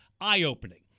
eye-opening